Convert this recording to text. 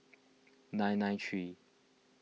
nine nine three